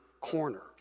corner